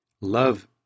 Love